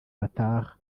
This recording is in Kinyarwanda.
bataha